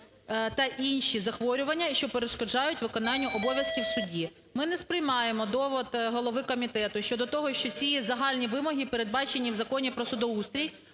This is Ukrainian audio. та інші захворювання, що перешкоджають виконанню обов'язків судді. Ми не сприймаємо довід голови комітету щодо того, що ці загальні вимоги передбачені в Законі про судоустрій,